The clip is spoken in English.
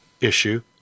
issue